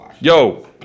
Yo